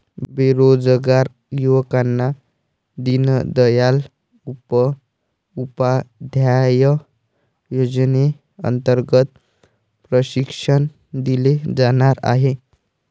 बेरोजगार युवकांना दीनदयाल उपाध्याय योजनेअंतर्गत प्रशिक्षण दिले जाणार आहे